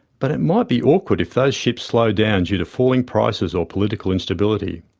but it might be awkward if those ships slow down due to falling prices or political instability.